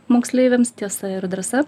moksleiviams tiesa ir drąsa